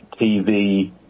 TV